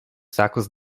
sacos